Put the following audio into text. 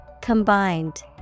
Combined